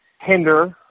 hinder